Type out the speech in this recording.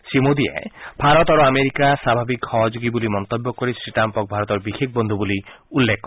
শ্ৰীমোদীয়ে ভাৰত আৰু আমেৰিকাৰ স্বাভাৱিক সহযোগিতা বুলি মন্তব্য কৰি শ্ৰীট্টাম্পক ভাৰতৰ বিশেষ বন্ধু বুলি উল্লেখ কৰে